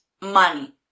money